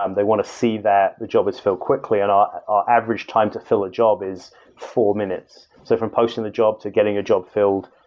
um they want to see that the job is filled quickly, and our our average time to fill a job is four minutes. so from posting the job to getting a job filled,